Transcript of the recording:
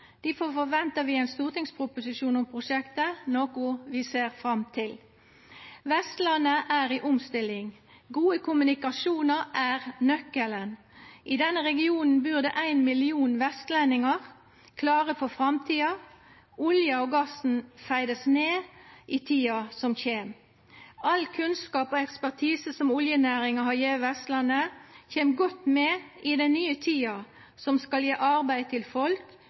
Difor forventar vi ein stortingsproposisjon om prosjektet – noko vi ser fram til. Vestlandet er i omstilling. Gode kommunikasjonar er nøkkelen. I denne regionen bur det éin million vestlendingar klare for framtida. Olja og gassen vert fasa ned i tida som kjem. All kunnskap og ekspertise som oljenæringa har gjeve Vestlandet, kjem godt med i den nye tida, som skal gje arbeid til folk,